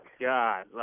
God